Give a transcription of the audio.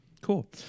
Cool